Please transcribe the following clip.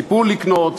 ציפו לקנות,